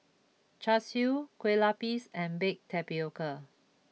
Char Siu Kue Lupis and Baked Tapioca